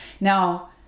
now